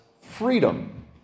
freedom